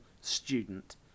student